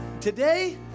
Today